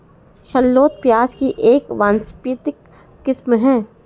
shallot प्याज़ की एक वानस्पतिक किस्म है